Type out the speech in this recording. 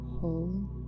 whole